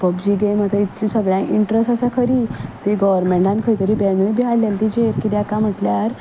PUBG game आतां इतल्या सगळ्यांक इंट्र्स्ट आसा खरी ती गव्हर्मेंटान खंय तरी बॅनूय बी हाडलेलें तेचेर कित्याक कांय म्हटल्यार